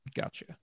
Gotcha